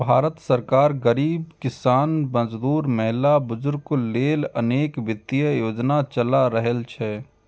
भारत सरकार गरीब, किसान, मजदूर, महिला, बुजुर्ग लेल अनेक वित्तीय योजना चला रहल छै